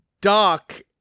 doc